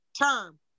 term